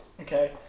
Okay